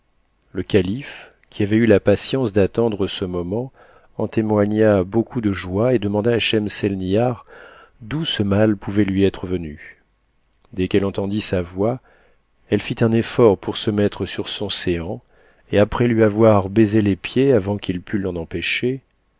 le calife qui avait eu la patience d'attendre ce moment en témoigna beaucoup de joie et demanda a schemseinibar d'où ce mal pouvait lui être venu dès qu'elle entendit sa voix elle fit un effort pour se mettre sur son séant et après lui avoir baisé les pieds avant qu'il pût l'en empêcher